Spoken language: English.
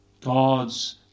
God's